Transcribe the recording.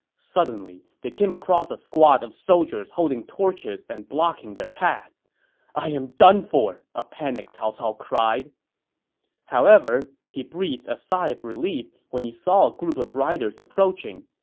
suddenly, they came across a squad of soldiers holding torches and blocking their path i am done for! a panicked cao cao cried however, he breathed a sigh of relief when he saw a group of riders approaching.